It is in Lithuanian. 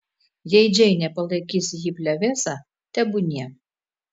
jei džeinė palaikys jį plevėsa tebūnie